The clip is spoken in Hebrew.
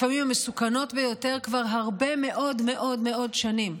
לפעמים המסוכנות ביותר, כבר הרבה מאוד מאוד שנים,